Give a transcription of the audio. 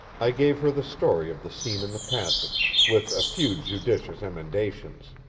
i gave her the story of the scene in the passage, with a few judicious emendations.